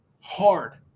hard